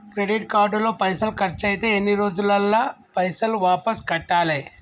Credit card లో పైసల్ ఖర్చయితే ఎన్ని రోజులల్ల పైసల్ వాపస్ కట్టాలే?